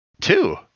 Two